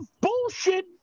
bullshit